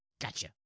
Gotcha